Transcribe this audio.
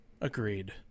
Agreed